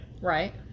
Right